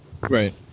Right